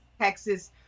Texas